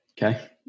Okay